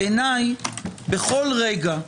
בעיניי בכל רגע,